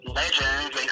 legends